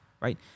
Right